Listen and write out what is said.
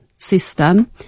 system